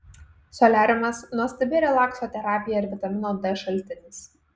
soliariumas nuostabi relakso terapija ir vitamino d šaltinis